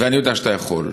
ואני יודע שאתה יכול?